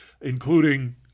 including